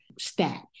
stat